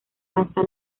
lanza